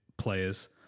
players